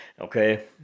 Okay